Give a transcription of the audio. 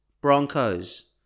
Broncos